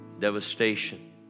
devastation